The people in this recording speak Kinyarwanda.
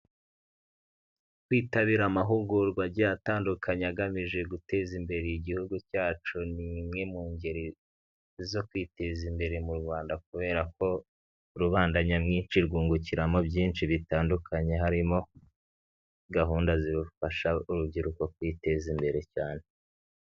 Kwitabira amahugurwa agiye atandukanye agamije guteza imbere igihugu cyacu, ni imwe ngeri zo kwiteza imbere mu Rwanda, kubera ko rubanda nyamwinshi rwungukiramo byinshi bitandukanye harimo gahunda zirufasha urubyiruko kwiteza imbere cyane.